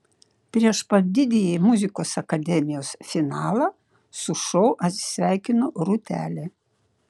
prieš pat didįjį muzikos akademijos finalą su šou atsisveikino rūtelė